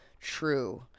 true